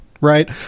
right